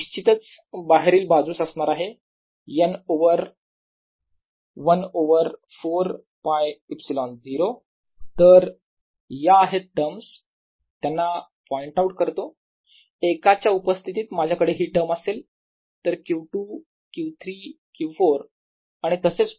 निश्चितच बाहेरील बाजूस असणार आहे 1 ओवर 4ㄫε0 तर या आहेत टर्म्स त्यांना पॉईंट आऊट करतो एकाच्या उपस्थित माझ्याकडे हि टर्म असेल तर Q2 Q3 Q4 आणि तसेच पुढे